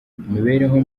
imibereho